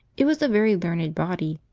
it was a very learned body,